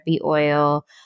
oil